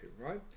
Right